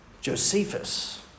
Josephus